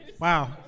Wow